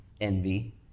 envy